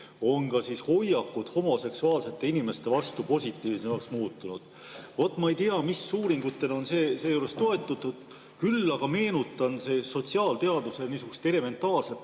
on hoiakud homoseksuaalsete inimeste vastu positiivsemaks muutunud. Vot ma ei tea, mis uuringutele on seejuures toetutud. Küll aga meenutan sotsiaalteaduse elementaarset